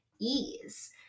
ease